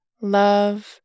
love